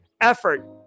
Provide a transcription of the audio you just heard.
effort